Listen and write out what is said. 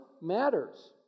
matters